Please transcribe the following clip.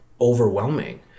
overwhelming